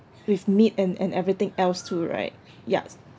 with meat and and everything else too right ya